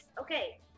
Okay